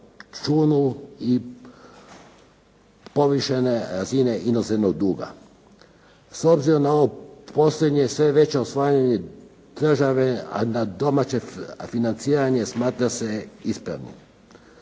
računu i povišene razine inozemnog duga. S obzirom na ovo posljednje sve je veće oslanjanje države na domaće financiranje, smatra se ispravno.